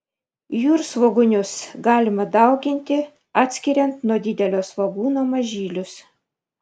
jūrsvogūnius galima dauginti atskiriant nuo didelio svogūno mažylius